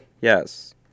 Yes